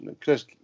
Chris